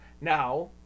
now